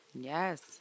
Yes